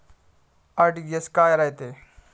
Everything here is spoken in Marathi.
आर.टी.जी.एस काय रायते?